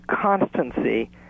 constancy